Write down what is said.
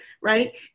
right